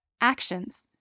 Actions